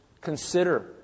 Consider